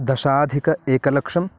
दशाधिक एकलक्षं